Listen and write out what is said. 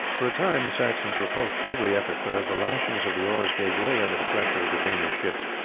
for a time the saxons repulsed every effort, but as the lashings of the oars gave way under the pressure of the danish ships,